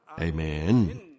Amen